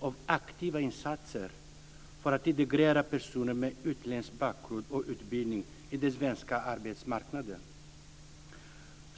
av aktiva insatser för att integrera personer med utländsk bakgrund och utbildning på den svenska arbetsmarknaden.